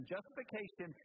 Justification